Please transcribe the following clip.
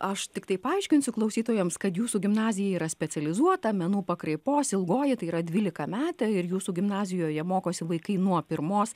aš tiktai paaiškinsiu klausytojams kad jūsų gimnazija yra specializuota menų pakraipos ilgoji tai yra dvylikametė ir jūsų gimnazijoje mokosi vaikai nuo pirmos